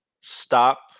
stop